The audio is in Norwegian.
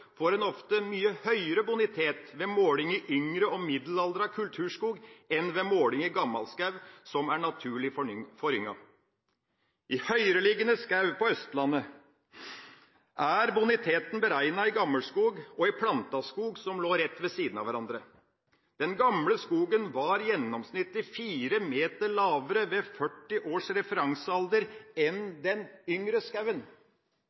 får en ofte mye høyere bonitet ved måling i yngre og middels aldret kulturskog enn ved måling i gammel skog, som er naturlig forynget. I høyereliggende skog på Østlandet er boniteten beregnet i gammel skog og i plantet skog som lå rett ved siden av. Den gamle skogen var gjennomsnittlig fire meter lavere ved 40 års referansealder